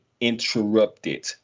interrupted